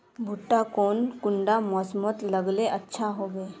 भुट्टा कौन कुंडा मोसमोत लगले अच्छा होबे?